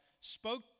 spoke